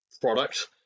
product